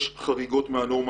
תמיד יש חריגות מהנורמה,